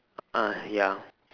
uh ya